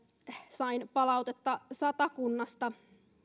sain palautetta satakunnasta